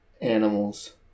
animals